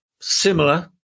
similar